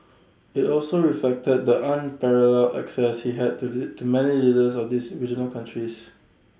IT also reflected the unparalleled access he had to do to many leaders of these regional countries